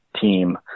team